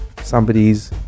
somebody's